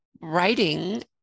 writing